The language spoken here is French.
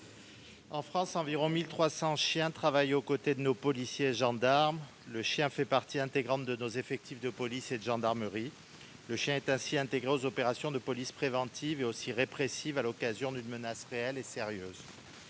En France, environ 1 300 chiens travaillent aux côtés de nos policiers et de nos gendarmes. Ils font partie intégrante de nos effectifs de police et de gendarmerie. Ces chiens participent aux opérations de police préventives et répressives, en cas de menace réelle et sérieuse.